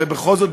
הרי בכל זאת,